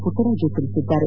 ಪುಟ್ಟರಾಜು ತಿಳಿಸಿದ್ದಾರೆ